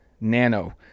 Nano